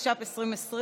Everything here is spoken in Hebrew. התש"ף 2020,